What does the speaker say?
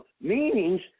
Meanings